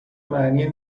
معنی